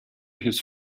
his